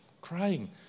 crying